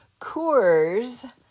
Coors